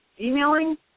emailing